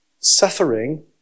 Suffering